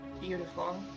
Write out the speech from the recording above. Beautiful